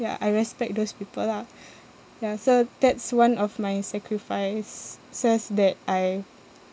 ya I respect those people lah ya so that's one of my sacrifices that I